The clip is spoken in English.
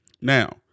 Now